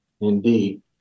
Indeed